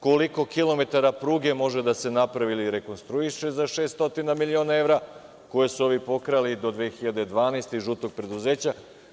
Koliko kilometara pruge može da se napravi ili rekonstruiše za 600 miliona evra, koje su ovi pokrali do 2012. godine i „žutog preduzeća“